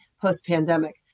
post-pandemic